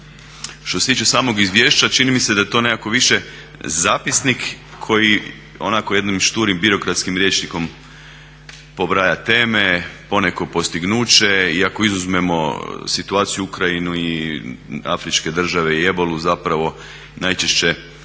Što se tiče samog Izvješća čini mi se da je to nekako više zapisnik koji onako jednim šturim birokratskim riječnikom pobraja teme, poneko postignuće i ako izuzmemo situaciju Ukrajinu i afričke države i ebolu zapravo, najčešće